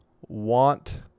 want